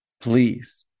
please